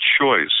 choice